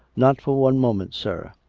not for one moment, sir.